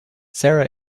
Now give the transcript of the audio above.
sara